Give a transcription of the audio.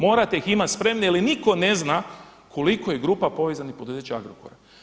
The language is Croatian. Morate ih imati spremne jel nitko ne zna koliko je grupa povezanih poduzeća Agrokora.